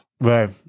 Right